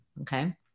Okay